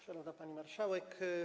Szanowna Pani Marszałek!